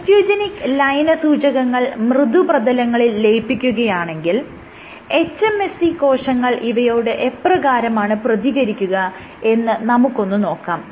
osteogenic ലയനസൂചകങ്ങൾ മൃദുപ്രതലങ്ങളിൽ ലയിപ്പിക്കുകയാണെങ്കിൽ hMSC കോശങ്ങൾ ഇവയോട് എപ്രകാരമാണ് പ്രതികരിക്കുക എന്ന് നമുക്കൊന്ന് നോക്കാം